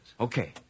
Okay